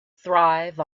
thrive